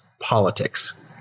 politics